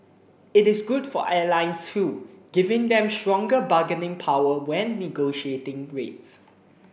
it is good for airlines too giving them stronger bargaining power when negotiating rates